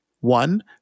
one